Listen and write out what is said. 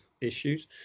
issues